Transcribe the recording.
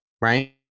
right